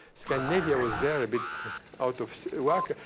scandinavia was there a bit out of whack.